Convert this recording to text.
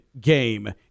game